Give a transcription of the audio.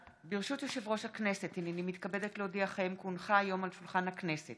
שעה 11:00 תוכן העניינים מסמכים שהונחו על שולחן הכנסת